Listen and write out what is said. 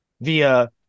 via